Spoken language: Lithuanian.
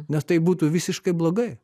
nes tai būtų visiškai blogai